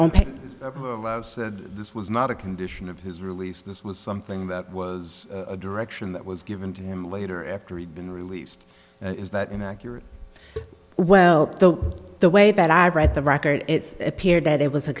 r this was not a condition of his release this was something that was a direction that was given to him later after i'd been released is that an accurate well the the way that i read the record it appeared that it was a